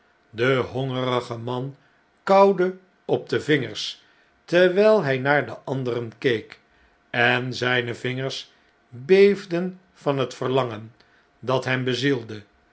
de hong'erige man kauwde op de vingers terwijl hij naar de anderen keek en zjjne vingers beefden van het verlangen dat hem bezielde